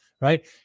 Right